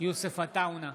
יוסף עטאונה,